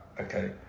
okay